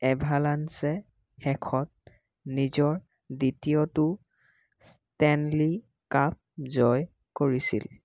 এভালাঞ্চে শেষত নিজৰ দ্বিতীয়টো ষ্টেনলী কাপ জয় কৰিছিল